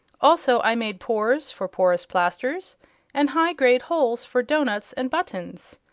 also i made pores for porous plasters and high-grade holes for doughnuts and buttons.